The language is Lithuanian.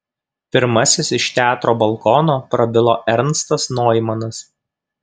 pirmasis iš teatro balkono prabilo ernstas noimanas